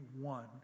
one